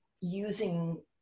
using